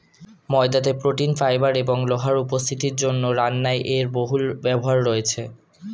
ময়দাতে protein, fibre এবং লোহার উপস্থিতির জন্য রান্নায় এর বহুল ব্যবহার রয়েছে